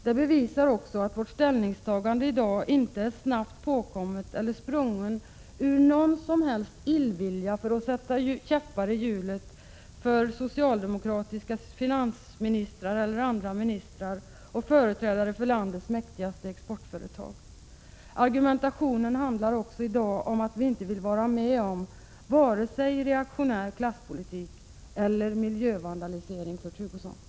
Det visar också att vårt ställningstagande i dag inte är snabbt påkommet eller sprunget ur någon som helst illvilja eller avsikt att sätta käppar i hjulet för socialdemokratiska finansministrar eller andra ministrar och företrädare för landets mäktigaste exportföretag. Argumentationen handlar i dag också om att vi inte vill vara med om vare sig reaktionär klasspolitik eller miljövandalisering, Kurt Hugosson.